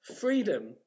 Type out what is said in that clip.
freedom